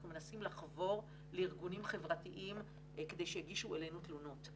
אנחנו מנסים לחבור לארגונים חברתיים כדי שיגישו אלינו תלונות.